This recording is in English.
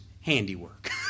handiwork